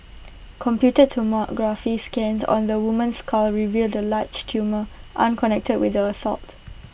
computed tomography scans on the woman's skull revealed A large tumour unconnected with the assault